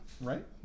Right